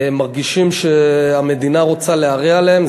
הם מרגישים שהמדינה רוצה להרע להם.